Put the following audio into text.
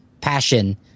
passion